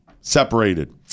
Separated